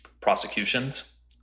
prosecutions